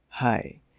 Hi